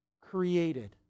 created